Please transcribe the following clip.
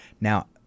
Now